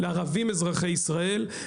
ערבים אזרחי ישראל,